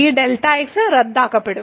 ഈ Δx റദ്ദാക്കപ്പെടും